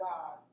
God